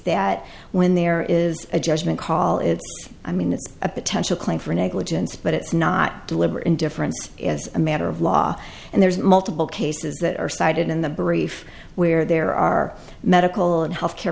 that when there is a judgment call it i mean it's a potential claim for negligence but it's not deliberate indifference as a matter of law and there's multiple cases that are cited in the brief where there are medical and health care